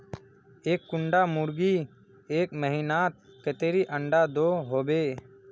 एक कुंडा मुर्गी एक महीनात कतेरी अंडा दो होबे?